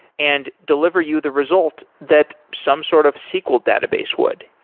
and deliver you the result that some sort of sql database would.